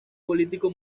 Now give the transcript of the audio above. político